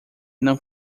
não